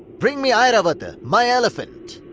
bring me airavata, my elephant!